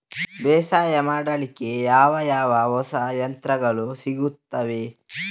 ಬೇಸಾಯ ಮಾಡಲಿಕ್ಕೆ ಯಾವ ಯಾವ ಹೊಸ ಯಂತ್ರಗಳು ಸಿಗುತ್ತವೆ?